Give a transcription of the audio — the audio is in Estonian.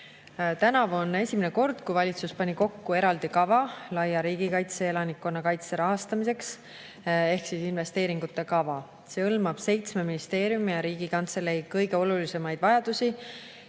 Tänavu on esimene kord, et valitsus pani kokku eraldi kava laia riigikaitse ja elanikkonnakaitse rahastamiseks ehk investeeringute kava. See hõlmab seitsme ministeeriumi ja Riigikantselei kõige olulisemaid vajadusi.